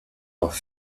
auf